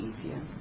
easier